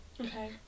Okay